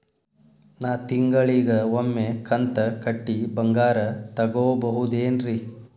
ನಾ ತಿಂಗಳಿಗ ಒಮ್ಮೆ ಕಂತ ಕಟ್ಟಿ ಬಂಗಾರ ತಗೋಬಹುದೇನ್ರಿ?